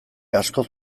askoz